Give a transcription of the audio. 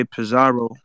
Pizarro